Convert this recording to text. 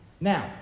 Now